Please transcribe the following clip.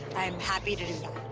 i'm happy to do